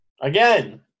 Again